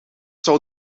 zou